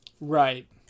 Right